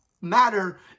matter